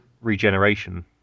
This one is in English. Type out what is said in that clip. Regeneration